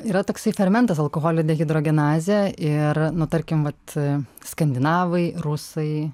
yra toksai fermentas alkoholio dehidrogenazė ir nu tarkim vat skandinavai rusai